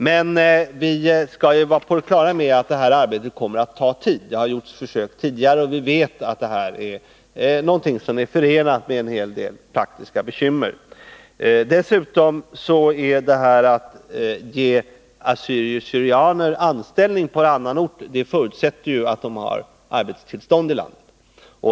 Men vi skall vara på det klara med att detta arbete kommer att ta tid. Det har gjorts försök tidigare, och vi vet att detta är förenat med en hel del praktiska bekymmer. För att assyrier/syrianer skall få anställning på annan ort förutsätts dessutom att de har arbetstillstånd i landet.